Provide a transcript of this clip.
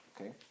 Okay